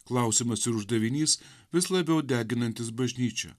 klausimas ir uždavinys vis labiau deginantis bažnyčią